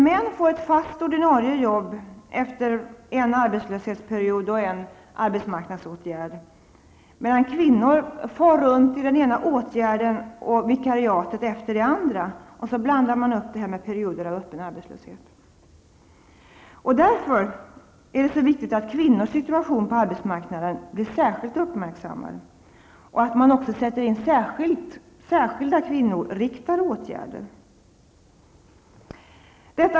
Män får ett fast ordinarie jobb efter en arbetslöshetsperiod och en arbetsmarknadsåtgärd, medan kvinnor far runt mellan åtgärderna och vikariaten, det ena efter det andra, och så blandar man upp med perioder av öppen arbetslöshet. Därför är det så viktigt att kvinnors situation på arbetsmarknaden blir särskilt uppmärksammad och att man sätter in särskilda kvinnorinriktade åtgärder.